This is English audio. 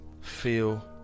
feel